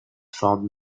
found